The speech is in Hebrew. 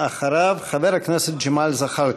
אחריו, חבר הכנסת ג'מאל זחאלקה.